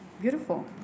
beautiful